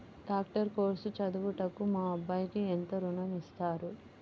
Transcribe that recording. Doctor course చదువుటకు మా అబ్బాయికి ఎంత ఋణం ఇస్తారు?